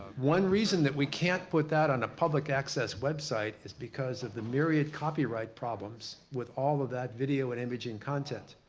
one reason that we can't put that on a public access website is because of the myriad copyright problems with all of that video and imaging content.